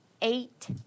eight